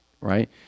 right